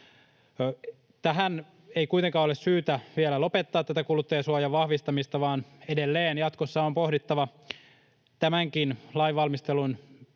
Tähän ei kuitenkaan ole syytä vielä lopettaa kuluttajansuojan vahvistamista, vaan edelleen jatkossa on pohdittava tämänkin lain valmistelun yhteydessä